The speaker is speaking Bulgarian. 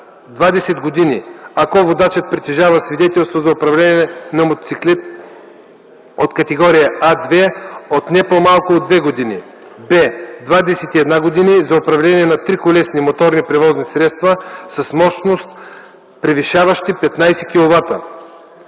години – ако водачът притежава свидетелство за управление на мотоциклет от категория А2 от не по-малко от две години; б) двадесет и една години – за управление на триколесни моторни превозни средства с мощност, превишаваща 15 кW;